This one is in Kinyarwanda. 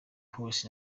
harris